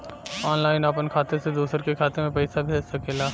online आपन खाते से दूसर के खाते मे पइसा भेज सकेला